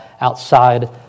outside